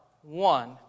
one